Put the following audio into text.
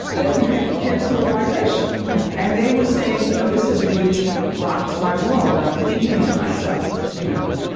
or who had kids who were biracial yeah and they were saying, you know, this has really rocked my world. and i'm thinking to myself, you know,